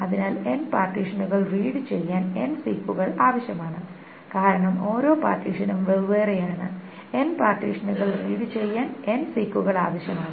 അതിനാൽ n പാർട്ടീഷനുകൾ read ചെയ്യാൻ n സീക്കുകൾ ആവശ്യമാണ് കാരണം ഓരോ പാർട്ടീഷനും വെവ്വേറെയാണ് n പാർട്ടീഷനുകൾ റീഡ് ചെയ്യാൻ n സീക്കുകൾ ആവശ്യമാണ്